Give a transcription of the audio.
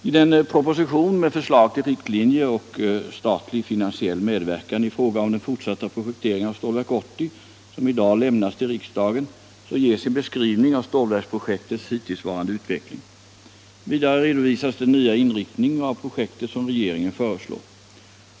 I den proposition med förslag till riktlinjer och statlig finansiell medverkan i fråga om den fortsatta projekteringen av Stålverk 80, som i dag lämnas till riksdagen, ges en beskrivning av stålverksprojektets hittillsvarande utveckling: Vidare redovisas den nya inriktning av projektet som regeringen föreslår.